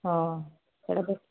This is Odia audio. ହଁ ସେଇଟା ତ